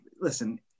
listen